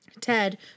Ted